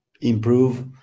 improve